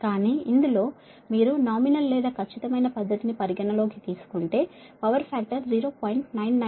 కానీ ఇందులో మీరు నామినల్ లేదా ఖచ్చితమైన పద్ధతి ని పరిగణన లోకి తీసుకుంటే పవర్ ఫాక్టర్ 0